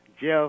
Jeff